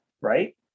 right